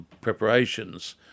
preparations